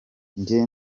njye